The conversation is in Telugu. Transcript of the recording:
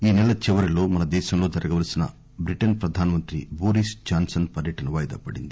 ఈ సెల చివరలో మనదేశంలో జరగవలసిన బ్రిటన్ ప్రధానమంత్రి బోరిస్ జాన్సన్ పర్యటన వాయిదా పడింది